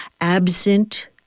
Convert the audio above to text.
absent